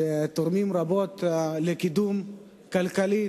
שתורם רבות לקידום הכלכלי,